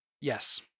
yes